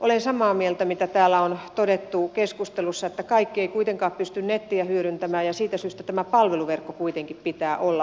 olen samaa mieltä mitä täällä on todettu keskustelussa että kaikki eivät kuitenkaan pysty nettiä hyödyntämään ja siitä syystä tämän palveluverkon kuitenkin pitää olla hyvä